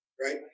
right